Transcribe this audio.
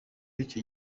y’icyo